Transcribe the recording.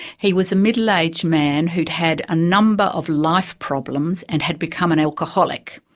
he was a middle-aged man who'd had a number of life problems and had become an alcoholic,